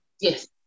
Yes